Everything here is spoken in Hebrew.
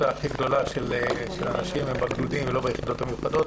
הכי גדולה של הנשים היא בגדודים ולא ביחידות המיוחדות,